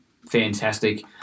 fantastic